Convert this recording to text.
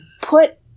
put